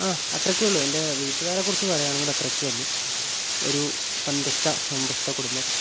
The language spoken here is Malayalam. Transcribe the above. ആ അത്രയൊക്കെ ഉള്ളു എൻ്റെ വീട്ടുകാരെക്കുറിച്ച് പറയുവാണെങ്കിൽ അത്രയൊക്കെ ഉള്ളു ഒരു സന്തുഷ്ട സമ്പുഷ്ട കുടുംബം